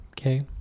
Okay